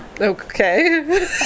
okay